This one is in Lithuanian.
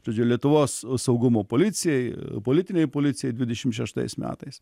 žodžiu lietuvos saugumo policijai politinei policijai dvidešim šeštais metais